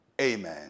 amen